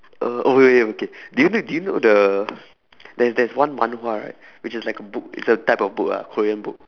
uh wait wait okay do you know the there's there's one manhwa right which is like a book it's a type of book lah korean book